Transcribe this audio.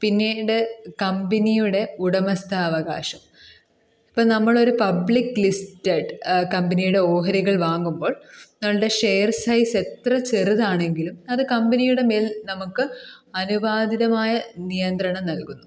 പിന്നീട് കമ്പിനിയുടെ ഉടമസ്ഥാവകാശം ഇപ്പം നമ്മളൊരു പബ്ലിക് ലിസ്റ്റഡ് കമ്പിനിയിടെ ഓഹരികൾ വാങ്ങുമ്പോൾ നമ്മളുടെ ഷെയർ സൈസ് എത്ര ചെറുതാണെങ്കിലും അത് കമ്പിനിയുടെ മേൽ നമുക്ക് അനുവാദിതമായ നിയന്ത്രണം നൽകുന്നു